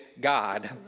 God